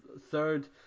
third